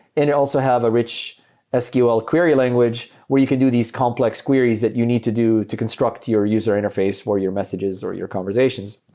and it also have a rich sql query language where you can do these complex queries that you need to do to construct your user interface for your messages or your conversations.